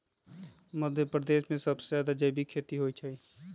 मध्यप्रदेश में सबसे जादा जैविक खेती होई छई